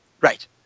Right